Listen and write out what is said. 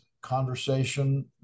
conversation